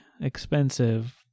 expensive